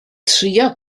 trio